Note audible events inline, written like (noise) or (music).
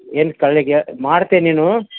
ಏನು (unintelligible) ಮಾಡ್ತೀಯಾ ನೀನು